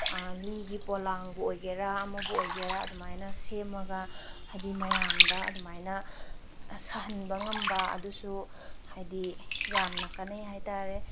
ꯂꯤꯒꯤ ꯄꯣꯂꯥꯡꯕꯨ ꯑꯣꯏꯒꯦꯔ ꯑꯃꯕꯨ ꯑꯣꯏꯒꯦꯔ ꯑꯗꯨꯃꯥꯏꯅ ꯁꯦꯝꯃꯒ ꯍꯥꯏꯗꯤ ꯃꯌꯥꯝꯗ ꯑꯗꯨꯃꯥꯏꯅ ꯁꯥꯍꯟꯕ ꯉꯝꯕ ꯑꯗꯨꯁꯨ ꯍꯥꯏꯗꯤ ꯌꯥꯝꯅ ꯀꯥꯟꯅꯩ ꯍꯥꯏꯇꯥꯔꯦ